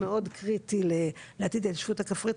זה מאוד קריטי לעתיד הישיבות הכפריות.